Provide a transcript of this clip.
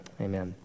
Amen